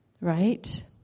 right